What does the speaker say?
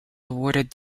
awarded